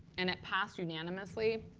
and it passed unanimously,